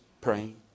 praying